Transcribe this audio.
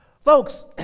folks